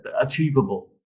achievable